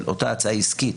של אותה הצעה עסקית,